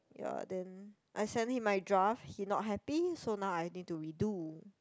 ya then I send him my draft he not happy so now I need to redo